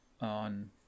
on